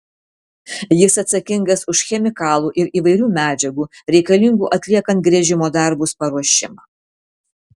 jis atsakingas už chemikalų ir įvairių medžiagų reikalingų atliekant gręžimo darbus paruošimą